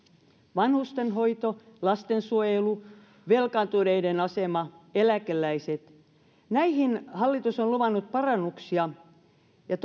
vanhustenhoito lastensuojelu velkaantuneiden asema eläkeläiset näihin hallitus on luvannut parannuksia ja